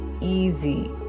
easy